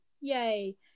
Yay